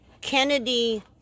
Kennedy